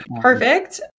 Perfect